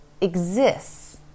exists